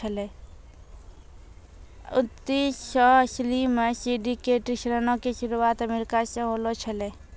उन्नीस सौ अस्सी मे सिंडिकेटेड ऋणो के शुरुआत अमेरिका से होलो छलै